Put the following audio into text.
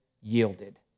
yielded